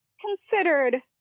considered